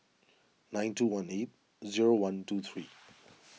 nine two one eight zero one two three